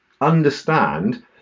understand